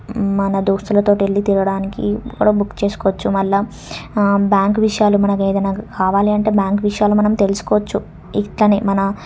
మన దోస్తులతోటి వెళ్ళి తినడానికి కూడా బుక్ చేసుకోవచ్చు మళ్ళీ బ్యాంక్ విషయాలు మనకి ఏదైనా కావాలి అంటే బ్యాంక్ విషయాలు మనం తెలుసుకోవచ్చు ఇట్లనే మన